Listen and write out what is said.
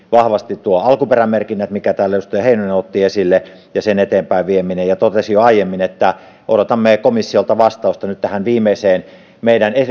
vahvasti myöskin nuo alkuperämerkinnät minkä täällä edustaja heinonen otti esille ja sen asian eteenpäinvieminen totesin jo aiemmin että odotamme komissiolta alkuvuodesta vastausta tähän meidän viimeiseen